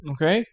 Okay